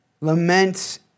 Lament